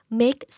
make